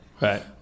Right